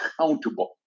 accountable